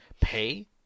pay